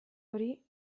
hori